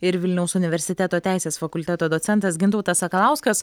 ir vilniaus universiteto teisės fakulteto docentas gintautas sakalauskas